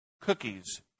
cookies